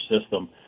system